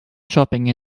shopping